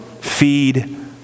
feed